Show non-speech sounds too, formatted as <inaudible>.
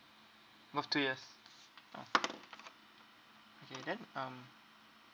most two years ah <noise> okay then um